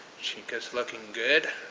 chica's looking good.